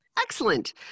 Excellent